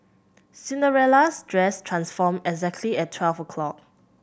Cinderella's dress transformed exactly at twelve o' clock